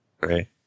Right